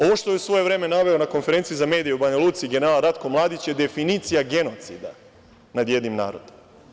Ovo što je u svoje vreme naveo na konferenciji za medije u Banja Luci, general Ratko Mladić, je definicija genocida nad jednim narodom.